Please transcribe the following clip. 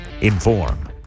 inform